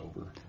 over